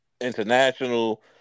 international